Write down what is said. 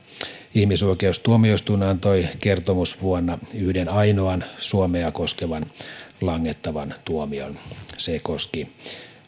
ihmisoikeustuomioistuin antoi kertomusvuonna yhden ainoan suomea koskevan langettavan tuomion se koski